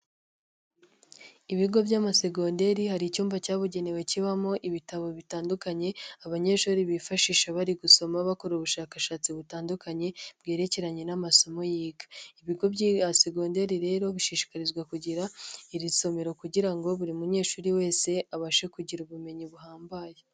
Ibigo by'amasegoderi hari icyumba cyabugenewe kibamo ibitabo bitandukanye abanyeshuri bifashisha bari gusoma bakora ubushakashatsi butandukanye bwerekeranye n'amasomo yiga. Ibigo bya segoneri rero bishishikarizwa kugira iri somero kugira ngo buri munyeshuri wese abashe kugira ubumenyi buhambaye.